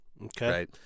Okay